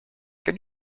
can